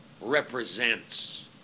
represents